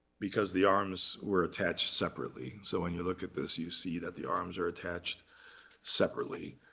because the arms were attached separately. so when you look at this, you see that the arms are attached separately.